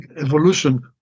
evolution